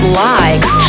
likes